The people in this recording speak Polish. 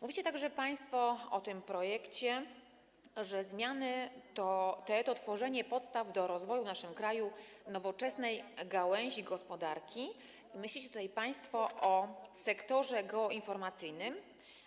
Mówicie także państwo o tym projekcie, że zmiany te stworzą podstawy do rozwoju w naszym kraju nowoczesnej gałęzi gospodarki, i myślicie tutaj państwo o sektorze geoinformacyjnym,